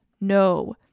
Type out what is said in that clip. No